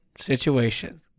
situation